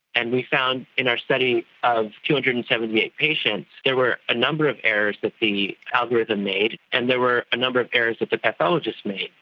and we found in our study of two hundred and seventy eight patients there were a number of errors that the algorithm made and there were a number of errors that the pathologist made.